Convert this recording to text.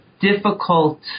difficult